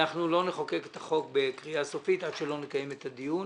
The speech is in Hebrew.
אנחנו לא נחוקק את החוק בקריאה סופית עד שלא נקיים את הדיון